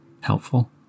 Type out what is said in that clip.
helpful